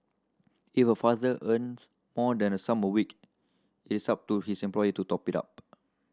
if a father earns more than a sum a week it is up to his employer to top it up